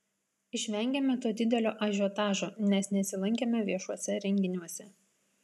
išvengėme to didelio ažiotažo nes nesilankėme viešuose renginiuose